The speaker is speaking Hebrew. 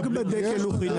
רק בדקל הוא חינמי.